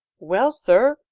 well, sir,